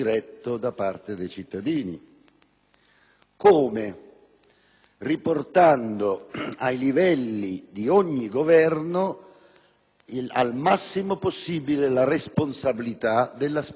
riportando ai livelli di ogni governo, quanto più possibile, la responsabilità della spesa e dell'entrata.